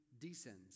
descends